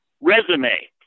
resume